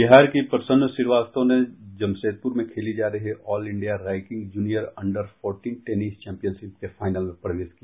बिहार की प्रसन्ना श्रीवास्तव ने जमशेदपुर में खेली जा रही all Indian ranking junior under fourteen tennis championship के फाइनल में प्रवेश किया